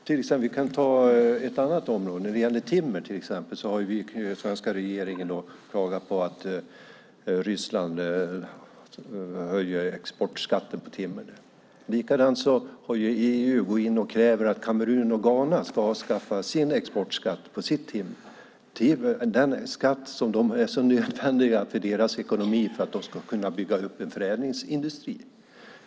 Vi kan se på ett annat område. När det gäller timmer har den svenska regeringen klagat på att Ryssland höjer exportskatten. Likadant har EU gått in och krävt att Kamerun och Ghana ska avskaffa sin exportskatt på sitt timmer, den skatt som är så nödvändig för deras ekonomi, för att de ska kunna bygga upp en förädlingsindustri.